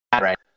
right